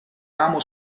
amo